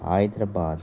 Hyderabad